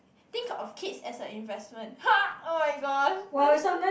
think of kids as a investment oh my gosh that's so